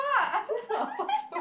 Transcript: that's not first row